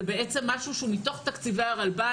זה משהו שהוא מתוך תקציבי הרלב"ד,